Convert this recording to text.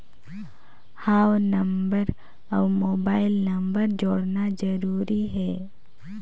हव नंबर अउ mobile number जोड़ना जरूरी हे?